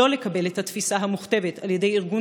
שלא לקבל את התפיסה המוכתבת על ידי ארגון